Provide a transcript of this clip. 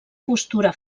postura